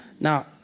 Now